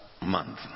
month